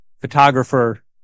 photographer